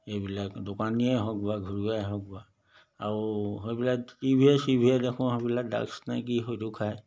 এইবিলাক দোকানীয়ে হওক বা ঘৰুৱাই হওক বা আৰু সেইবিলাক টিভিয়ে চিভিয়ে দেখোঁ সেইবিলাক ড্ৰাগছনে কি সেইটো খায়